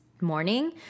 morning